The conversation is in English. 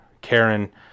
Karen